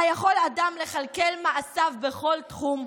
היכול אדם לכלכל מעשיו בכל תחום,